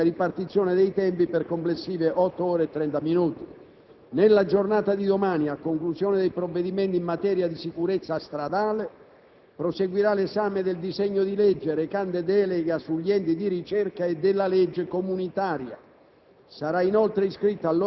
tutto nell'ambito di un'unica ripartizione dei tempi, per complessive otto ore e trenta minuti. Nella giornata di domani, a conclusione dei provvedimenti in materia di sicurezza stradale, proseguirà l'esame del disegno di legge recante delega sugli enti di ricerca e della legge comunitaria.